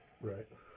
Right